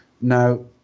Now